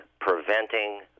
preventing